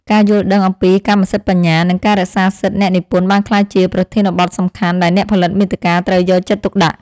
ការយល់ដឹងអំពីកម្មសិទ្ធិបញ្ញា និងការរក្សាសិទ្ធិអ្នកនិពន្ធបានក្លាយជាប្រធានបទសំខាន់ដែលអ្នកផលិតមាតិកាត្រូវយកចិត្តទុកដាក់។